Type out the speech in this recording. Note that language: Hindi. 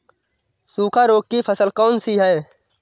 सूखा रोग की फसल कौन सी है?